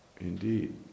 indeed